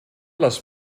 les